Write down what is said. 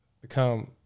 become